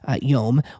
Yom